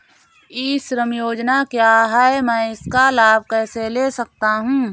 ई श्रम योजना क्या है मैं इसका लाभ कैसे ले सकता हूँ?